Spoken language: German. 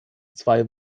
zwei